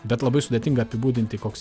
bet labai sudėtinga apibūdinti koks